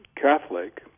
Catholic